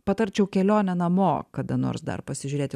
patarčiau kelionę namo kada nors dar pasižiūrėti